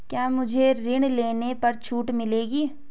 क्या मुझे ऋण लेने पर छूट मिलेगी?